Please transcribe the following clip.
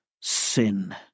sin